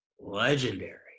legendary